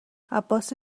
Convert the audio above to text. عباس